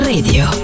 Radio